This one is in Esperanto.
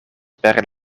per